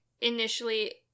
initially